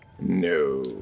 No